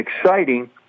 exciting